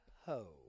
Ho